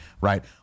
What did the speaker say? right